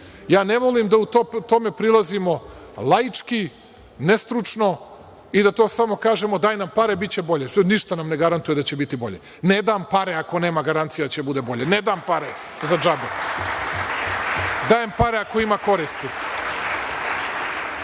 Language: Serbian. Ja ne volim da tome prilazimo laički, nestručno i da to samo kažemo – daj nam pare, biće bolje. Ništa nam ne garantuje da će biti bolje. Ne dam pare ako nema garancija da će biti bolje. Ne dam pare za džabe. Dajem pare ako ima koristi.